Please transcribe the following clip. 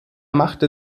machte